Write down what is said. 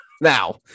now